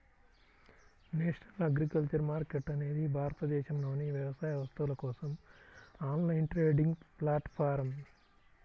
national agriculture market అనేది భారతదేశంలోని వ్యవసాయ వస్తువుల కోసం ఆన్లైన్ ట్రేడింగ్ ప్లాట్ఫారమ్